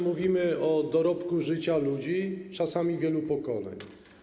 Mówimy o dorobku życia ludzi, czasami dorobku wielu pokoleń.